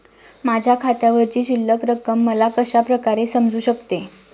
माझ्या खात्यावरची शिल्लक रक्कम मला कशा प्रकारे समजू शकते?